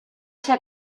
ser